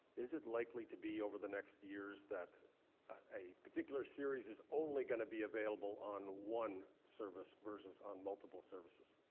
is it likely to be, over the next years, that a particular series is only gonna be available on one service, versus on multiple services?